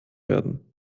werden